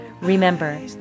Remember